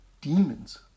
demons